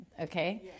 okay